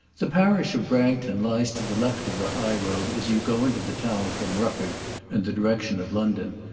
the parish of bragton lies to the left of the high road as you go into the town from rufford and the direction of london,